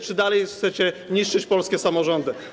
Czy dalej chcecie niszczyć polskie samorządy?